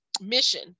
mission